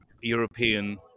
european